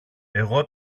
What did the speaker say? εγώ